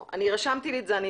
רשמתי את ההערה הזאת.